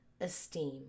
esteem